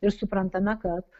ir suprantame kad